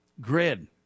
grid